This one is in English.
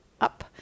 up